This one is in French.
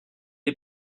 est